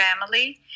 family